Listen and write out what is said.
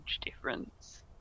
difference